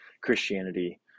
Christianity